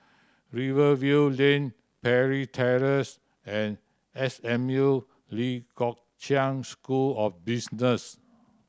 Rivervale Lane Parry Terrace and S M U Lee Kong Chian School of Business